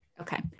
Okay